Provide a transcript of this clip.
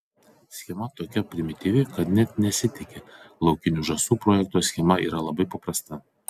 schema tokia primityvi kad net nesitiki laukinių žąsų projekto schema yra labai paprasta